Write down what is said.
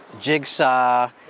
jigsaw